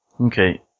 Okay